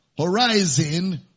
Horizon